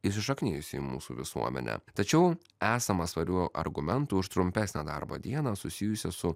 įsišaknijusi į mūsų visuomenę tačiau esama svarių argumentų už trumpesnę darbo dieną susijusią su